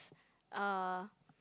uh